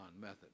method